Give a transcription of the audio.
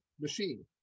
machine